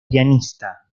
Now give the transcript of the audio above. pianista